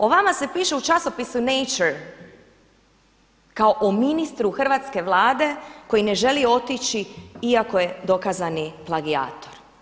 O vama se piše u časopisu „Nature“ kao o ministru hrvatske Vlade koji ne želi otići iako je dokazani plagijator.